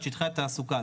את שטחי התעסוקה.